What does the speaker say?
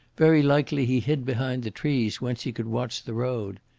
very likely he hid behind the trees, whence he could watch the road.